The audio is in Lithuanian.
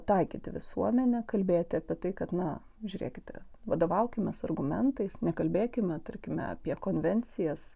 taikyti visuomenę kalbėti apie tai kad na žiūrėkite vadovaukimės argumentais nekalbėkime tarkime apie konvencijas